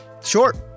short